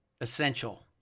essential